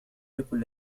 يكن